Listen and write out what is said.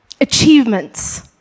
achievements